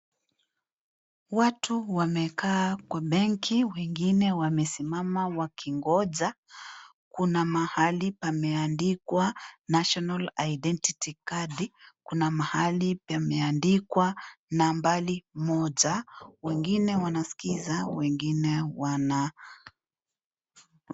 Watu wamekaa kwa benki, wegine wamesimama wakingonja. Kuna mahali pameandikwa National Identity kadi. Kuna mahali pemeandikwa nambali moja. Wegine wanaskiza, wegine wana...